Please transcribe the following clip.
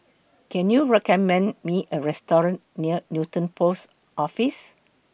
Can YOU recommend Me A Restaurant near Newton Post Office